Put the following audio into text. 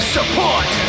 Support